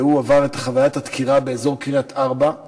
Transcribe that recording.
הוא עבר את חוויית הדקירה באזור קריית-ארבע,